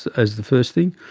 as the first thing,